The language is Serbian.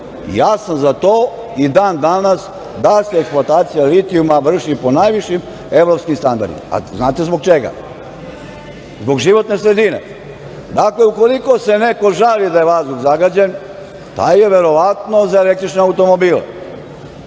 Ja sam za to i dan danas da se eksploatacija litijuma vrši po najvišim evropskim standardima, a znate li zbog čega? Zbog životne sredine. Dakle, ukoliko se neko žali da je vazduh zagađen, taj je verovatno za električne automobile,